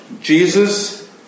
Jesus